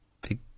Big